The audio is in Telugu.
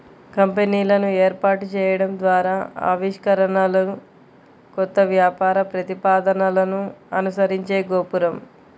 కంపెనీలను ఏర్పాటు చేయడం ద్వారా ఆవిష్కరణలు, కొత్త వ్యాపార ప్రతిపాదనలను అనుసరించే గోపురం